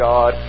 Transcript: God